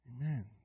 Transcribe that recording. Amen